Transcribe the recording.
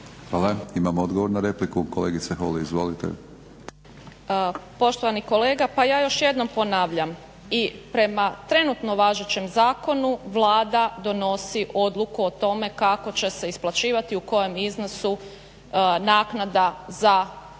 Hvala. Imamo odgovor na repliku. Kolegice Holy izvolite. **Holy, Mirela (SDP)** Poštovani kolega pa ja još jednom ponavljam i prema trenutno važećem zakonu Vlada donosi odluku o tome kako će se isplaćivati u kojem iznosu naknada za